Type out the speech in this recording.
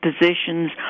positions